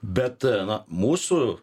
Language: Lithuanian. bet na mūsų